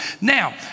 Now